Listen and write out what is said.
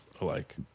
alike